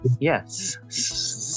yes